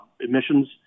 emissions